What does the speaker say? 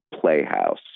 playhouse